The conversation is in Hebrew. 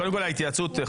קודם כל ההתייעצות המתחייבת,